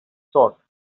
sought